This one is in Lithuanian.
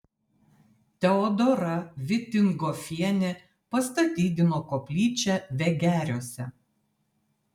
teodora vitingofienė pastatydino koplyčią vegeriuose